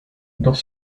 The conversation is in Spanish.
dos